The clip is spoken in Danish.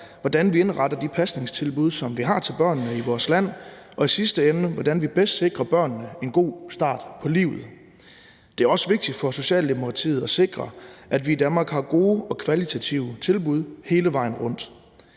hvordan vi indretter de pasningstilbud, som vi har til børnene i vores land, og i sidste ende, hvordan vi bedst sikrer børnene en god start på livet. Det er også vigtigt for Socialdemokratiet at sikre, at vi i Danmark har gode kvalitetstilbud hele vejen rundt.